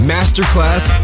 Masterclass